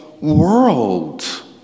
world